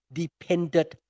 depended